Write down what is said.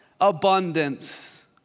abundance